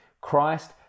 Christ